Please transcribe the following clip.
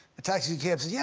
the taxi cab said, yeah,